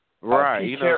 Right